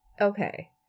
Okay